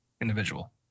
individual